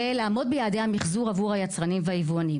ולעמוד ביעדי המיחזור עבור היצרנים והיבואנים